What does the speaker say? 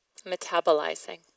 metabolizing